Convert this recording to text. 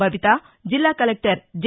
బబిత జిల్లా collector J